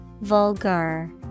vulgar